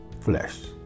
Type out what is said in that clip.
flesh